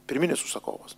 pirminis užsakovas